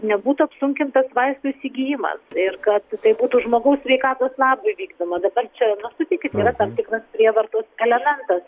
nebūtų apsunkintas vaistų įsigijimas ir kad tai būtų žmogaus sveikatos labui vykdoma dabar čia sutikit yra tam tikras prievartos elementas